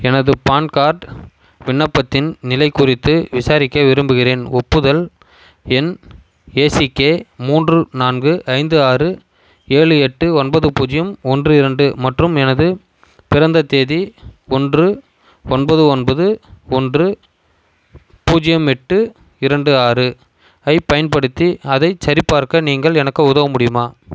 எனது பான்கார்ட் விண்ணப்பத்தின் நிலை குறித்து விசாரிக்க விரும்புகிறேன் ஒப்புதல் எண் ஏசிகே மூன்று நான்கு ஐந்து ஆறு ஏழு எட்டு ஒன்பது பூஜ்யம் ஒன்று இரண்டு மற்றும் எனது பிறந்த தேதி ஒன்று ஒன்பது ஒன்பது ஒன்று பூஜ்யம் எட்டு இரண்டு ஆறு ஐ பயன்படுத்தி அதை சரிபார்க்க நீங்கள் எனக்கு உதவ முடியுமா